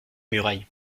murailles